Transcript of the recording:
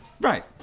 Right